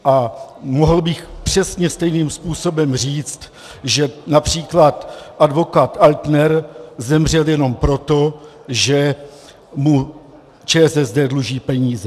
A mohl bych přesně stejným způsobem říct, že např. advokát Altner zemřel jenom proto, že mu ČSSD dluží peníze.